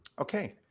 Okay